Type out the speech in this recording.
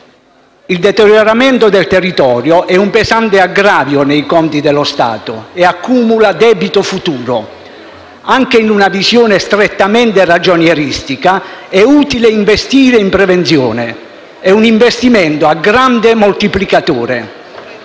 Il deterioramento del territorio è un pesante aggravio nei conti dello Stato e accumula debito futuro. Anche in una visione strettamente ragionieristica, è utile investire in prevenzione; è un investimento a grande moltiplicatore.